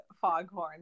foghorn